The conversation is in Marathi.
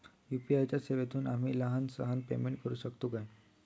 यू.पी.आय च्या सेवेतून आम्ही लहान सहान पेमेंट करू शकतू काय?